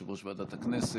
יושב-ראש ועדת הכנסת,